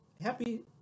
happy